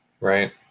Right